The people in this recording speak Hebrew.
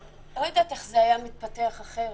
לא יודעת איך זה היה מתפתח אחרת.